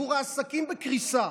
עבור העסקים בקריסה,